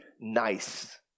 nice